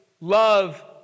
love